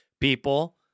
people